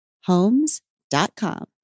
Homes.com